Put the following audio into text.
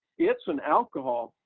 it's an alcohol.